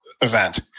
event